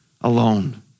alone